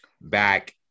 back